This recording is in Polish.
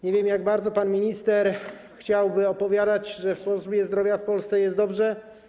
Nie wiem, jak bardzo pan minister chciałby opowiadać, że w służbie zdrowia w Polsce jest dobrze.